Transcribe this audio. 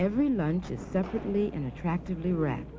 every lunch is separately and attractively re